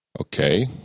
Okay